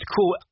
cool